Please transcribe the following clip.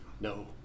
No